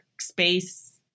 space